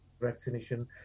vaccination